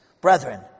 Brethren